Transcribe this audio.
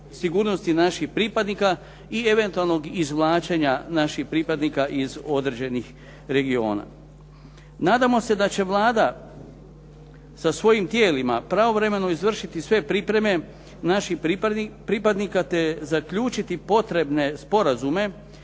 naših pripadnika i eventualnog izvlačenja naših pripadnika iz određenih regiona. Nadamo se da će Vlada sa svojim tijelima pravovremeno izvršiti sve pripreme naših pripadnika te zaključiti potrebne sporazume